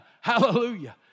Hallelujah